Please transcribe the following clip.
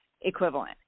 equivalent